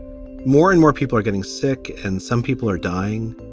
more and more people are getting sick and some people are dying.